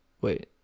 Wait